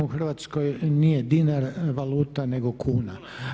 U Hrvatskoj nije dinar valuta nego kuna.